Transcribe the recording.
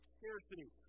scarcity